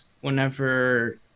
whenever